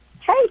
hey